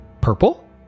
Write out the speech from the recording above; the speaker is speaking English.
Purple